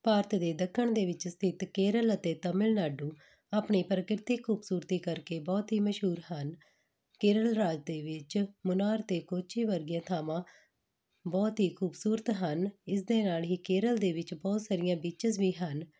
ਭਾਰਤ ਦੇ ਦੱਖਣ ਦੇ ਵਿੱਚ ਸਥਿਤ ਕੇਰਲ ਅਤੇ ਤਮਿਲਨਾਡੂ ਆਪਣੀ ਪ੍ਰਕਿਰਤਿਕ ਖੂਬਸੂਰਤੀ ਕਰਕੇ ਬਹੁਤ ਹੀ ਮਸ਼ਹੂਰ ਹਨ ਕੇਰਲ ਰਾਜ ਦੇ ਵਿੱਚ ਮੁਨਾਰ ਅਤੇ ਕੋਚੀ ਵਰਗੀਆਂ ਥਾਵਾਂ ਬਹੁਤ ਹੀ ਖੂਬਸੂਰਤ ਹਨ ਇਸ ਦੇ ਨਾਲ ਹੀ ਕੇਰਲ ਦੇ ਵਿੱਚ ਬਹੁਤ ਸਾਰੀਆਂ ਬੀਚਸ ਵੀ ਹਨ